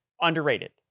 underrated